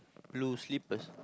blue slippers